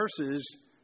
verses